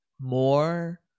more